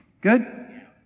Good